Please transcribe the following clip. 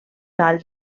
tall